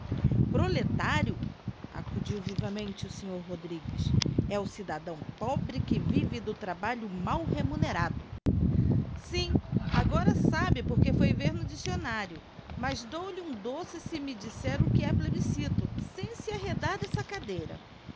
proletário acudiu vivamente o sr rodrigues é o cidadão pobre que vive do trabalho mal remunerado digiti zedby google sim agora sabe porque foi ver no diccionario mas dou-lhe um doce se me disser o que é pleus cito sem se arredar dessa cadeira